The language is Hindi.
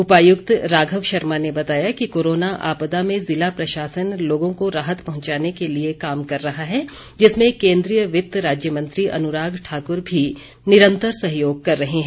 उपायुक्त राघव शर्मा ने बताया कि कोरोना आपदा में जिला प्रशासन लोगों को राहत पहंचाने के लिए काम कर रहा है जिसमें केन्द्रीय वित्त राज्य मंत्री अनुराग ठाक्र भी निरंतर सहयोग कर रहे हैं